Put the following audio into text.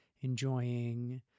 enjoying